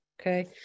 okay